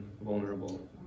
vulnerable